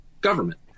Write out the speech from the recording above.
government